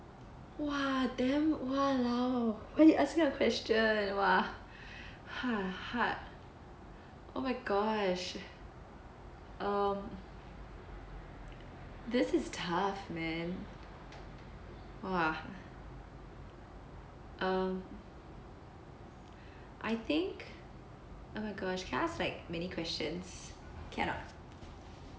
!wah! damn !walao! wait you're asking a question !wah! !huh! hard oh my gosh um this is tough man !wah! um I think oh my gosh can I ask like many questions cannot